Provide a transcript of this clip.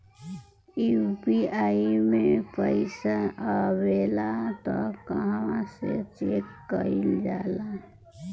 UPI मे पइसा आबेला त कहवा से चेक कईल जाला?